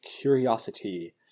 curiosity